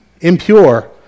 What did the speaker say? impure